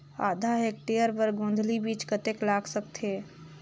आधा हेक्टेयर बर गोंदली बीच कतेक लाग सकथे?